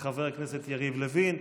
חבר הכנסת יריב לוין.